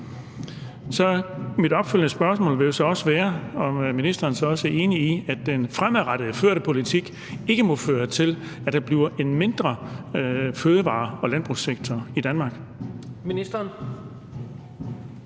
mit opfølgende spørgsmål vil være, om ministeren så også er enig i, at den førte politik fremadrettet ikke må føre til, at der bliver en mindre fødevare- og landbrugssektor i Danmark.